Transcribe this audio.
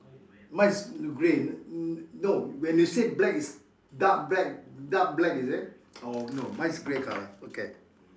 mine's grey no no when you say black it's dark black is it or no mine is grey colour okay